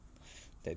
that